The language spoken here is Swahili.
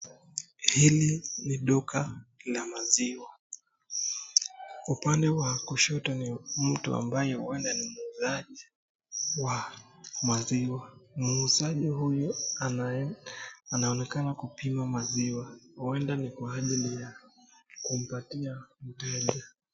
Hili ni duka la maziwa upande wa kushoto ni mtu ambaye huenda ni muuzaji wa maziwa. Muuzaji huyu anaonekana kupima maziwa huenda ni kwa ajili ya kumpatia mteja.